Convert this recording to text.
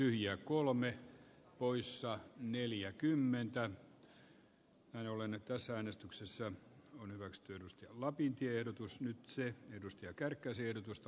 minä esitän että pykälä saisi sen muodon joka sillä on vastalauseessa ja joka tarkoittaa sitä että viivästyskorko olisi seitsemän pilkku viisi nykyisen korkokannan mukaan